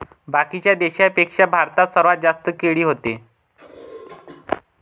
बाकीच्या देशाइंपेक्षा भारतात सर्वात जास्त केळी व्हते